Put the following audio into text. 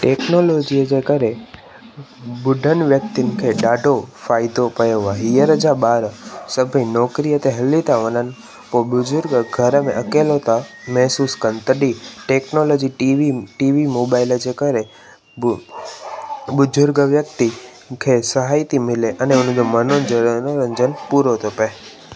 टेक्नोलॉजीअ जे करे ॿुढनि व्यक्तिन खे ॾाढो फ़ाइदो पियो आहे हींअर जा ॿार सभेई नौकरीअ ते हली था वञनि पोइ बुजुर्ग घर में अकेलो था महसूसु कनि तॾहिं technology TV TV mobile जे करे बु ॿुजुर्ग व्यक्ति खे सहायता थी मिले अन उन्हनि जो मनोरंजन पूरो थो पए